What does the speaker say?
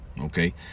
okay